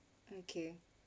okay